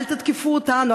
אל תתקפו אותנו,